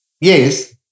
Yes